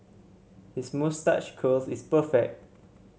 his moustache curl is perfect